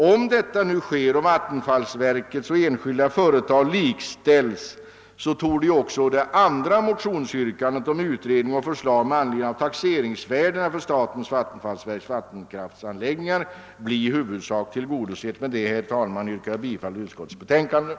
Om detta nu sker och vattenfallsverket och enskilda företag likställs, torde det andra motionsyrkandet om utredning och förslag med anledning av taxeringsvärdena för statens vattenfallsverks vattenkräftsanläggningar bli i huvudsak tillgodosett. Herr talman! Med det anförda ber jag att få yrka bifall till utskottets hemställan.